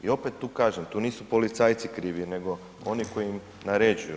I opet tu kažem, tu nisu policajci krivi, nego oni koji im naređuju.